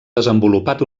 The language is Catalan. desenvolupat